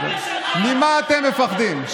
אז ממה אתם מפחדים?